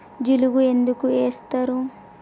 జిలుగు ఎందుకు ఏస్తరు?